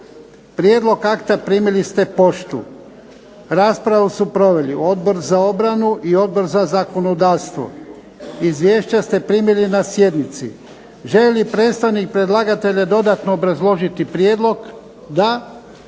Prijedlog akta primili ste poštom. Raspravu su proveli Odbor za obranu i Odbor za zakonodavstvo. Izvješća ste primili na sjednici. Želi li predstavnik predlagatelja dodatno obrazložiti prijedlog? Da.